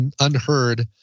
Unheard